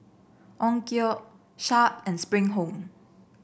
Onkyo Sharp and Spring Home